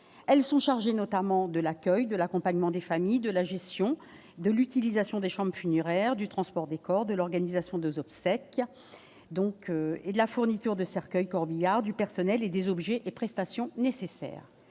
elles, sont chargés notamment de l'accueil de l'accompagnement des familles de la gestion de l'utilisation des charmes funéraire du transport des corps de l'organisation des obsèques donc et de la fourniture de cercueils corbillard du personnel et des objets et prestations nécessaires,